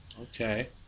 Okay